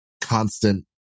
constant